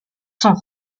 sont